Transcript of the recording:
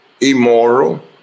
immoral